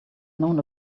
known